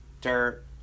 dirt